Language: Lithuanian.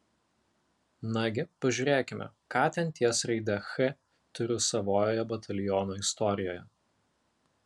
nagi pažiūrėkime ką ten ties raide ch turiu savojoje bataliono istorijoje